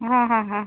हा हा हा